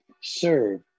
serve